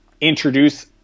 introduce